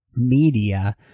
media